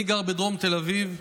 אני גר בדרום תל אביב,